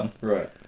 right